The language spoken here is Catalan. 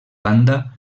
banda